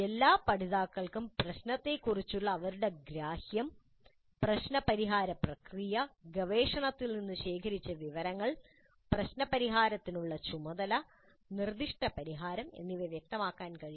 എല്ലാ പഠിതാക്കൾക്കും പ്രശ്നത്തെക്കുറിച്ചുള്ള അവരുടെ ഗ്രാഹ്യം പ്രശ്നപരിഹാര പ്രക്രിയ ഗവേഷണത്തിൽ നിന്ന് ശേഖരിച്ച വിവരങ്ങൾ പ്രശ്ന പരിഹാരത്തിനുള്ള ചുമതല നിർദ്ദിഷ്ട പരിഹാരം എന്നിവ വ്യക്തമാക്കാൻ കഴിയണം